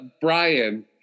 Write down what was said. Brian